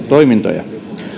toimintoja